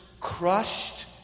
crushed